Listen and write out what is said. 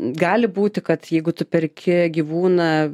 gali būti kad jeigu tu perki gyvūną